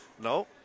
No